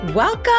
Welcome